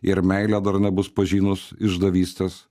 ir meilė dar nebus pažinus išdavystės